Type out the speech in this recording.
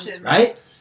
Right